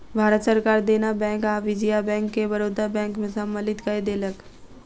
भारत सरकार देना बैंक आ विजया बैंक के बड़ौदा बैंक में सम्मलित कय देलक